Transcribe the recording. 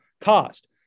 caused